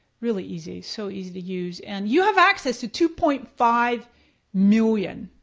really easy, so easy to use. and you have access to two point five million,